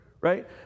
right